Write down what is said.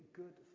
good